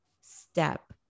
step